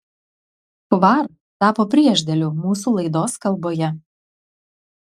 kvar tapo priešdėliu mūsų laidos kalboje